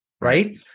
right